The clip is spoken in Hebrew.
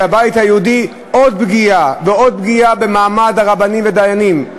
של הבית היהודי: עוד פגיעה ועוד פגיעה במעמד הרבנים והדיינים.